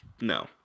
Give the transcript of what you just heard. no